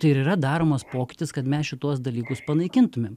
tai ir yra daromas pokytis kad mes šituos dalykus panaikintumėm